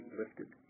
lifted